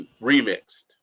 remixed